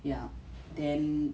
ya then